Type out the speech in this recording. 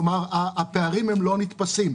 כלומר הפערים לא נתפסים.